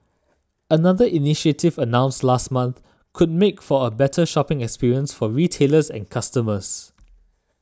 another initiative announced last month could make for a better shopping experience for retailers and customers